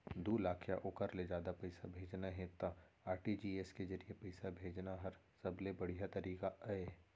दू लाख या ओकर ले जादा पइसा भेजना हे त आर.टी.जी.एस के जरिए पइसा भेजना हर सबले बड़िहा तरीका अय